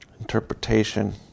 interpretation